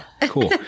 Cool